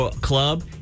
club